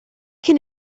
can